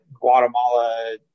Guatemala